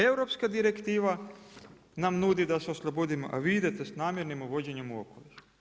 Europska direktiva nam nudi da se oslobodimo, a vi idete s namjernim uvođenjem u okoliš.